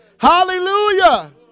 Hallelujah